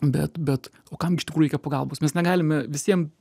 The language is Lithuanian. bet bet o kam iš tikrųjų reikia pagalbos mes negalime visiem